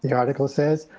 yeah article says,